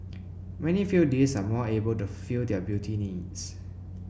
many feel these are more able to fulfil their beauty needs